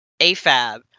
afab